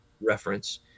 reference